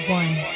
one